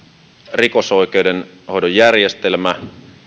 rikosoikeuden hoidon järjestelmää